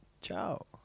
Ciao